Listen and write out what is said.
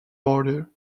border